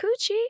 coochie